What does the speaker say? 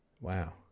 Wow